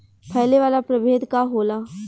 फैले वाला प्रभेद का होला?